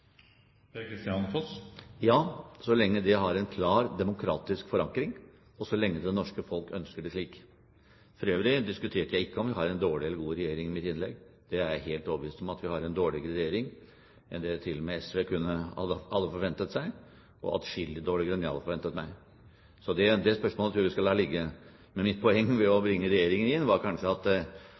Ja, så lenge det har en klar demokratisk forankring, og så lenge det norske folk ønsker det slik. For øvrig diskuterte jeg ikke om vi har en dårlig eller god regjering i mitt innlegg. Jeg er helt overbevist om at vi har en dårligere regjering enn det til og med SV hadde forventet seg, og atskillig dårligere enn det jeg hadde forventet meg. Det spørsmålet tror jeg vi skal la ligge. Men mitt poeng med å bringe inn regjeringen var kanskje at